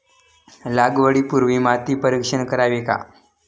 लागवडी पूर्वी माती परीक्षण करावे का?